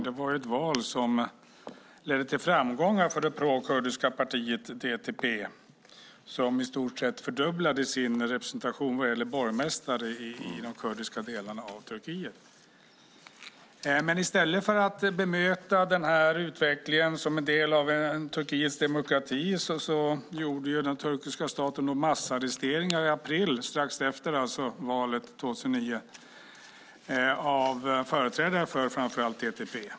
Det var ett val som ledde till framgångar för det prokurdiska partiet DTP, som i stort sett fördubblade sin representation vad gäller borgmästare i de kurdiska delarna av Turkiet. Men i stället för att bemöta den här utvecklingen som en del av Turkiets demokrati gjorde den turkiska staten massarresteringar i april 2009, alltså strax efter valet, av företrädare för framför allt DTP.